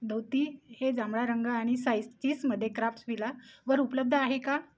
धोती हे जांभळा रंग आणि साईज तीसमध्ये क्राफ्टसविला वर उपलब्ध आहे का